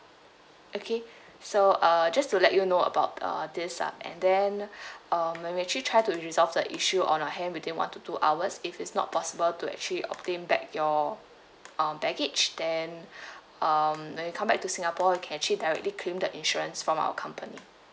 okay so uh just to let you know about uh this ah and then uh we will actually try to resolve the issue on our hand within one to two hours if it's not possible to actually obtain back your um baggage then um when you come back to singapore you can actually directly claim the insurance from our company